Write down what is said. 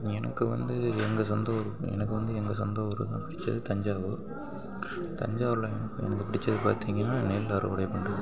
எனக்கு வந்து எங்கள் சொந்த ஊர் எனக்கு வந்து எங்கள் சொந்த ஊர் தஞ்சாவூர் தஞ்சாவூரில் எனக் எனக்கு பிடிச்சது பார்த்தீங்கனா நெல் அறுவடை பண்ணுறது